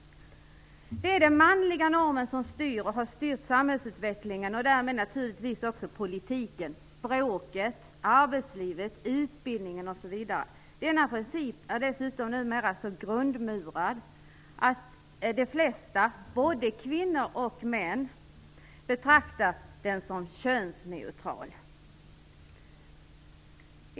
Det är den manliga normen som styr och har styrt samhällsutvecklingen och därmed naturligtvis också politiken, språket, arbetslivet, utbildningen osv. Denna princip är dessutom numera så grundmurad att de flesta, både kvinnor och män, betraktar den som könsneutral.